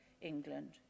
England